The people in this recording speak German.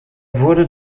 wurde